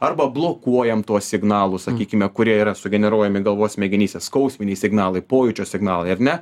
arba blokuojam tuos signalus sakykime kurie yra sugeneruojami galvos smegenyse skausminiai signalai pojūčio signalą ar ne